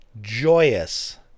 joyous